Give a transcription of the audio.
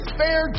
fair